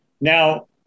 Now